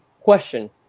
question